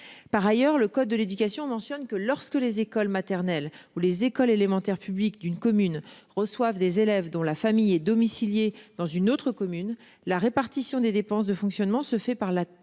Par ailleurs, le code de l'éducation mentionne que lorsque les écoles maternelles ou les écoles élémentaires publiques d'une commune reçoivent des élèves dont la famille est domicilié dans une autre commune. La répartition des dépenses de fonctionnement se fait par la par